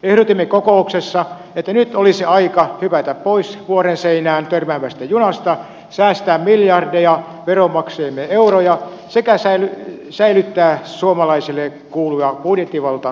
ehdotimme kokouksessa että nyt olisi aika hypätä pois vuorenseinään törmäävästä junasta säästää miljardeja veronmaksajiemme euroja sekä säilyttää suomalaisille kuuluva budjettivalta suomen eduskunnalla